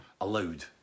allowed